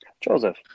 joseph